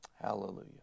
Hallelujah